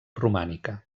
romànica